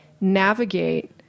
navigate